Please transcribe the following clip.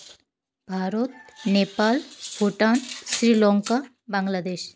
Bharat Nepal Bhutan Sri Lanka Bangladesh